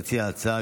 מציע ההצעה,